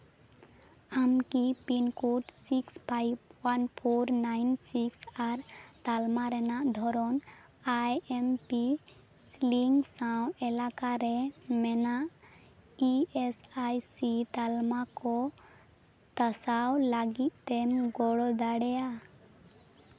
ᱟᱢ ᱠᱤ pin code six five one four nine six ᱟᱨ ᱛᱟᱞᱢᱟ ᱨᱮᱱᱟᱜ ᱫᱷᱚᱨᱚᱱ ᱟᱭ ᱮᱢ ᱯᱤ ᱥᱤᱞᱤᱝ ᱥᱟᱶ ᱮᱞᱟᱠᱟ ᱨᱮ ᱢᱮᱱᱟᱜ ᱤ ᱮᱥ ᱟᱭ ᱥᱤ ᱛᱟᱞᱢᱟ ᱠᱚ ᱛᱟᱥᱟᱣ ᱞᱟᱹᱜᱤᱫ ᱛᱮᱢ ᱜᱚᱲᱚ ᱫᱟᱲᱮᱭᱟᱜᱼᱟ